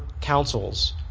councils